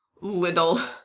little